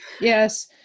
Yes